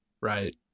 Right